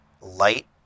light